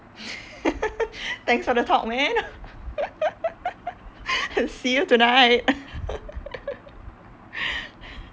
thanks for the talk man see you tonight